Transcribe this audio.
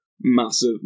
massive